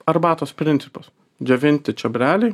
arbatos principas džiovinti čiobreliai